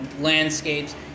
landscapes